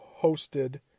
hosted